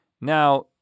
now